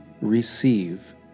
receive